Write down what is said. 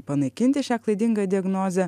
panaikinti šią klaidingą diagnozę